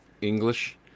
English